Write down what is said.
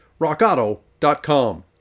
RockAuto.com